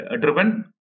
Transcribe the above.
driven